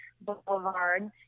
Boulevard